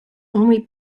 only